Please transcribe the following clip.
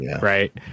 Right